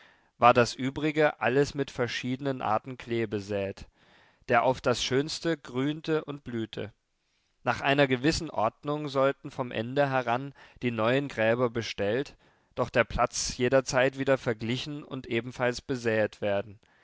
war das übrige alles mit verschiedenen arten klee besäet der auf das schönste grünte und blühte nach einer gewissen ordnung sollten vom ende heran die neuen gräber bestellt doch der platz jederzeit wieder verglichen und ebenfalls besäet werden